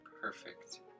perfect